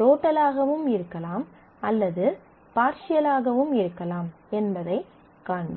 டோட்டலாகவும் இருக்கலாம் அல்லது பார்சியலாகவும் இருக்கலாம் என்பதைக் காண்போம்